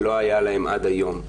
שלא היה להם עד היום,